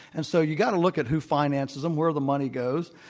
and so you got to look at who finances them, where the money goes,